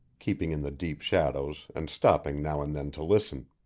keeping in the deep shadows and stopping now and then to listen.